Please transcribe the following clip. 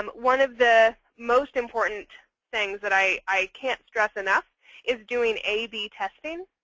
um one of the most important things that i i can't stress enough is doing ab testing.